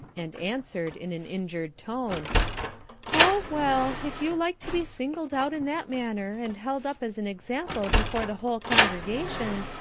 and answered, in an injured tone oh, well, if you like to be singled out in that manner, and held up as an example before the whole congregation,